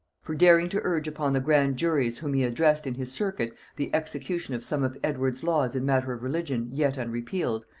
for daring to urge upon the grand juries whom he addressed in his circuit, the execution of some of edward's laws in matter of religion, yet unrepealed,